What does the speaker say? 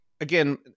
again